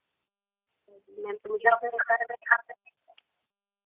हाँ जी मैम